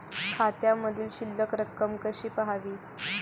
खात्यामधील शिल्लक रक्कम कशी पहावी?